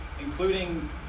including